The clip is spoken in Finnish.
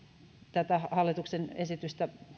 tätä hallituksen esitystä